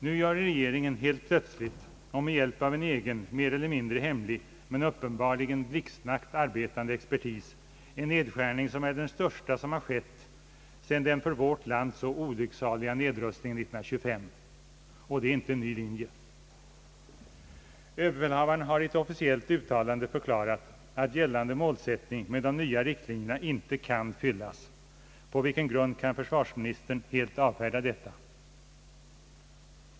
Nu gör regeringen helt plötsligt och med hjälp av en egen mer eller mindre hemlig men uppenbarligen blixtsnabbt arbetande expertis en nedskärning som är den största som skett sedan den för vårt land så olyckliga nedrustningen 1925. Och det är inte en ny linje! Överbefälhavaren har i ett officiellt uttalande förklarat att gällande målsätt ning inte kan fyllas med de nya riktlinjerna. På vilken grund kan försvarsministern helt avfärda detta?